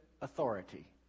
Authority